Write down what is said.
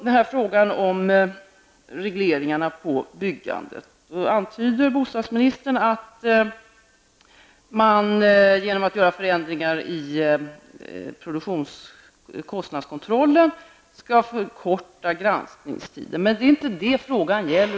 I fråga om regleringarna av byggandet antyder bostadsministern att man genom att göra förändringar i kostnadskontrollen skall förkorta granskningstiden. Men det är inte det frågan gäller.